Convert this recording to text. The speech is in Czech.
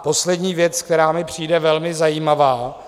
Poslední věc, která mi přijde velmi zajímavá.